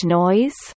noise